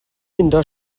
meindio